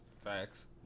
Facts